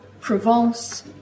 Provence